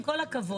עם כל הכבוד,